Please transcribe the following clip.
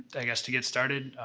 i guess to get started,